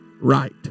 right